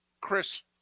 Chris